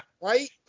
right